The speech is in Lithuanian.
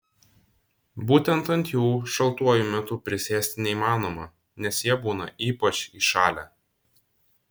būtent ant jų šaltuoju metu prisėsti neįmanoma nes jie būna ypač įšalę